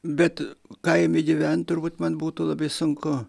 bet kaime gyvent turbūt man būtų labai sunku